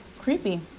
creepy